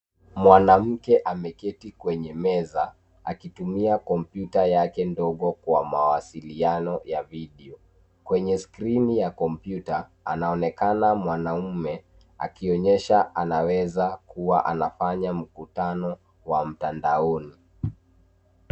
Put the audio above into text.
Mwanamke ameketi kwenye meza akitumia kompyuta yake ndogo kwa mawasiliano ya video .Kwenye skrini ya kompyuta anaonekana mwanaume akionyesha anaweza kuwa anafanya mkutano wa mtandaoni.